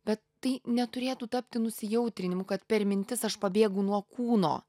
bet tai neturėtų tapti nusijautrinimu kad per mintis aš pabėgu nuo kūno